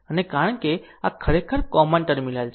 અને કારણ કે આ ખરેખર કોમન ટર્મિનલ છે